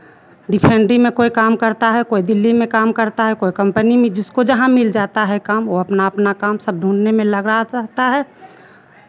refinery में कोई काम करता है कोई दिल्ली में काम करता है कोई कम्पनी में जिसको जहाँ मिल जाता है काम वो अपना अपना काम सब ढूँढने में लगा रहता है